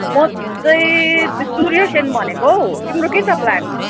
म चाहिँ त्यो सूर्यसेन भनेको हौ तिम्रो के छ प्लान